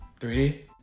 3D